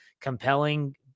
compelling